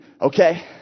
Okay